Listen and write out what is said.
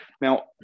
Now